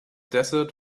desert